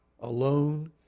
alone